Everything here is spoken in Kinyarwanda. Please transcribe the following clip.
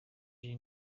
iyi